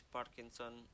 Parkinson